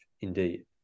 indeed